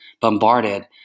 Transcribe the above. bombarded